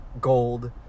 gold